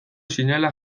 zinela